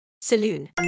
Saloon